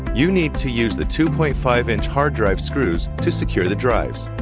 you need to use the two point five inch hard drive screws to secure the drives.